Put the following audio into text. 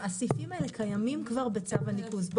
הסעיפים האלה קיימים כבר בצו הניקוז.